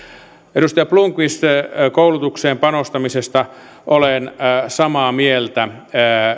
edustaja blomqvist koulutukseen panostamisesta olen samaa mieltä